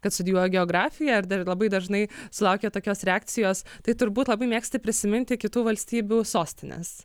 kad studijuoja geografiją ir dar labai dažnai sulaukia tokios reakcijos tai turbūt labai mėgsti prisiminti kitų valstybių sostines